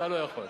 אתה לא יכול.